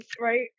right